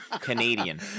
Canadian